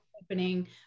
Opening